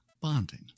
bonding